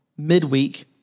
Midweek